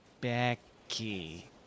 Becky